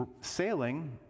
sailing